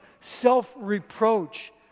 self-reproach